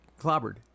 clobbered